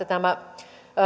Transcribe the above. tämä